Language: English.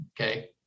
okay